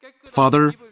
Father